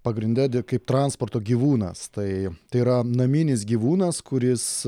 pagrinde kaip transporto gyvūnas tai tai yra naminis gyvūnas kuris